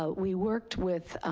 ah we worked with,